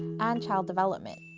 and child development.